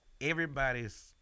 everybody's